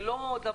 זה לא דבר,